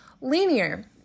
linear